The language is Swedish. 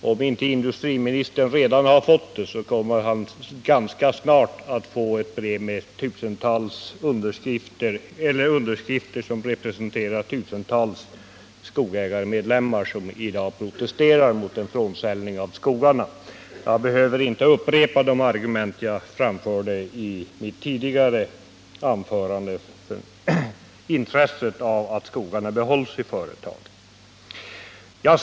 Om inte industriministern redan har fått det, så kommer han ganska snart att få ett brev med underskrifter som representerar tusentals skogsägarmedlemmar som i dag protesterar mot en avsäljning av skogarna. Jag behöver väl inte upprepa de argument jag framförde i mitt tidigare anförande om intresset av att skogarna behålls i företaget.